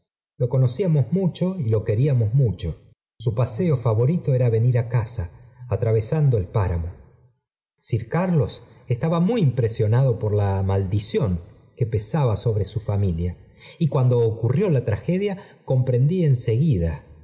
lo conocíamos mucho y lo queríamos mucho su paseo favorito era venir á casa atravesando el páramo sir carlos estaba muy impresionado por la maldición que pesaba sobre su familia y cuando ocurrió la tragedia comprendí